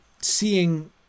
seeing